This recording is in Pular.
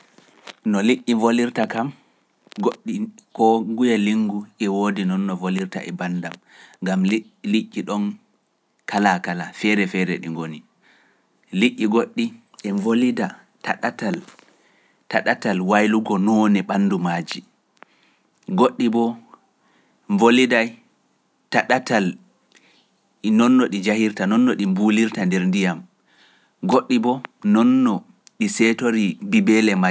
No liɗɗi bolirta kam, goɗɗi koo nguye linngu e woodi non no bolirta e banndam, ngam liƴƴi ɗon kala-kala feere-feere ɗi ngoni. Liƴƴi goɗɗi e bolida ta ɗatal- ta ɗatal waylugo noone ɓanndu maaji. Goɗɗi boo mboliday ta ɗatal non no ɗi njahirta, non no ɗi mbuulirta nder ndiyam, goɗɗi boo non no ɗi seedtori bibeele maa-.